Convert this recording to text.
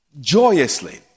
Joyously